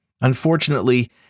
Unfortunately